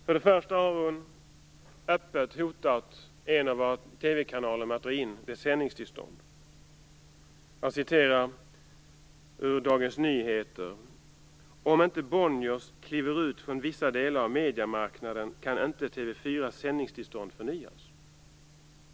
Först och främst har hon öppet hotat en av våra TV-kanaler med att dra in dess sändningstillstånd. Jag citerar från Dagens Nyheter: "Om inte Bonniers kliver ut från vissa delar av mediemarknaden kan inte TV 4:s sändningstillstånd förnyas".